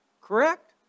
Correct